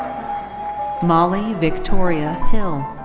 molly victoria hill.